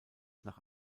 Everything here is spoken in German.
nach